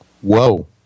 Whoa